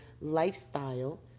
lifestyle